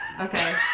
Okay